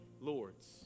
Lord's